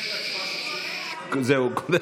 --- תעלה,